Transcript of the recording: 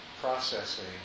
processing